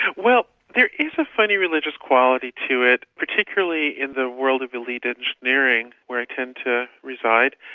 well there is a funny religious quality to it, particularly in the world of elite engineering where i tend to reside.